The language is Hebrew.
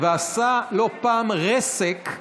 ועשה לא פעם רסק /